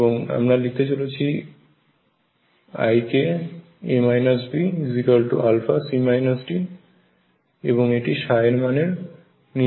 এবং আমরা লিখতে চলেছি ikα এবং এটি ψ এর মানের নিরবিচ্ছিন্নতা থাকে এসেছে